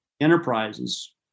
enterprises